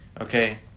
Okay